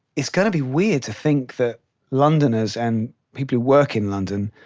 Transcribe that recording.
it's going to be weird to think that londoners and people who work in london